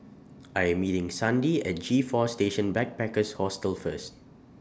I Am meeting Sandi At G four Station Backpackers Hostel First